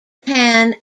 pan